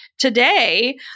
Today